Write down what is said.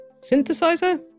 Synthesizer